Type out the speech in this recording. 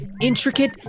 intricate